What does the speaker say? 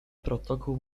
protokół